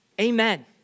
Amen